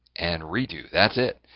and redo. that's it.